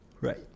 Right